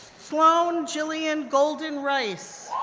sloane gillian golden rice,